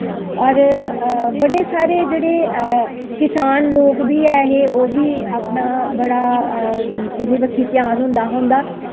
होर बडे़ सारे जेह्डे़ किसान लोक बी ऐहे ओह् बी अपना बड़ा एहदे बक्खी ध्यान होंदा हा उं'दा